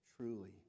truly